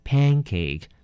Pancake